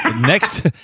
next